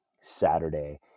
Saturday